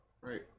Right